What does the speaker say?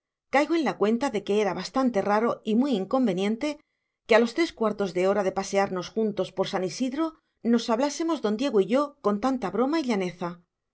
caigo en la cuenta de que era bastante raro y muy inconveniente que a los tres cuartos de hora de pasearnos juntos por san isidro nos hablásemos don diego y yo con tanta broma